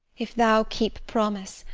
if thou keep promise,